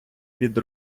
від